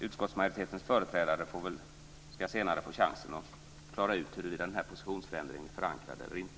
Utskottsmajoritetens företrädare ska senare få chansen att klara ut huruvida den här positionsförändringen är förankrad eller inte.